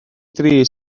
dri